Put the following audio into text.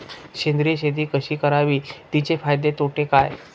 सेंद्रिय शेती कशी करावी? तिचे फायदे तोटे काय?